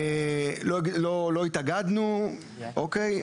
לא התאגדנו, אוקיי?